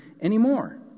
anymore